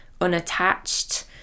unattached